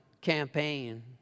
campaign